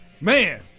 Man